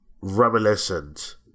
reminiscent